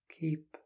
Keep